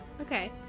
Okay